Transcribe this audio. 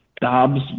Dobbs